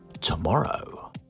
tomorrow